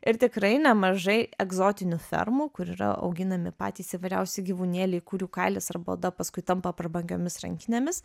ir tikrai nemažai egzotinių fermų kur yra auginami patys įvairiausi gyvūnėliai kurių kailis arba oda paskui tampa prabangiomis rankinėmis